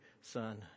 son